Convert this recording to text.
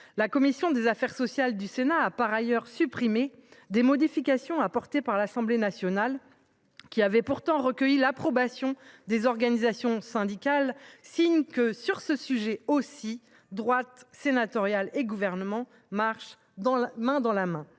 La commission des affaires sociales du Sénat a par ailleurs supprimé des modifications apportées par l’Assemblée nationale, qui avaient pourtant recueilli l’approbation des organisations syndicales ; c’est bien le signe que, sur ce sujet aussi, droite sénatoriale et Gouvernement marchent main dans la main.